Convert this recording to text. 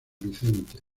vicente